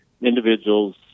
individuals